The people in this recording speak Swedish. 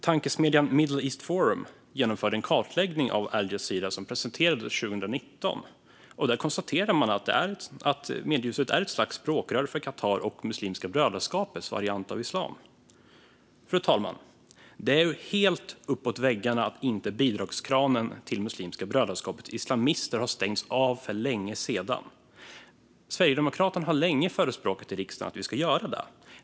Tankesmedjan Middle East Forum genomförde en kartläggning av alJazira som presenterades 2019. Där konstaterar man att mediehuset är ett slags språkrör för Qatar och Muslimska brödraskapets variant av islam. Fru talman! Det är helt uppåt väggarna att bidragskranen till Muslimska brödraskapets islamister inte har stängts av för länge sedan. Sverigedemokraterna har länge förespråkat i riksdagen att så ska göras.